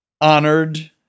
Honored